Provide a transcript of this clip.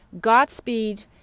Godspeed